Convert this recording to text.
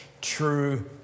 true